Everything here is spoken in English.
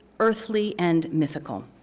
earthly and mythical.